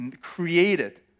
created